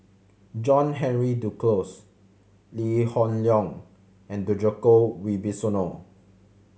John Henry Duclos Lee Hoon Leong and Djoko Wibisono